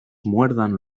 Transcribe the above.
muerdan